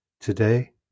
today